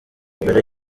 mbere